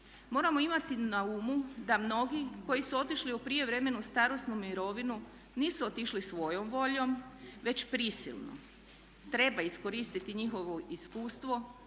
Moramo imati na umu da mnogi koji su otišli u prijevremenu starosnu mirovinu nisu otišli svojom voljom već prisilno. Treba iskoristiti njihovo iskustvo